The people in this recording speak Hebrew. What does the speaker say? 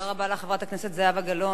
תודה רבה, חברת הכנסת גלאון.